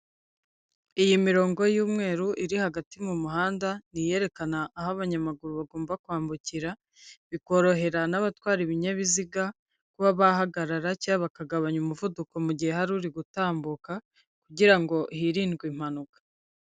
Iyi mirongo y'umweru iri hagati mu muhanda ni iyerekana aho abanyamaguru bagomba kwambukira bikorohera n'abatwara ibinyabiziga kuba bahagarara cyangwa bakagabanya umuvuduko mu gihe hari uri gutambuka kugira ngo hirindwe impanuka.